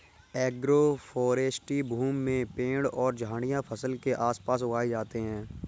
agroforestry भूमि में पेड़ और झाड़ियाँ फसल के आस पास उगाई जाते है